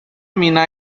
mina